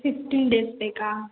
fifteen days ಬೇಕಾ